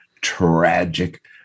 tragic